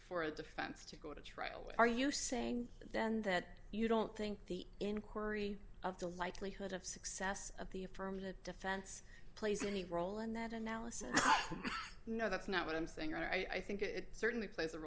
for a defense to go to trial are you saying then that you don't think the inquiry of the likelihood of success of the affirmative defense plays any role in that analysis no that's not what i'm saying and i think it certainly plays a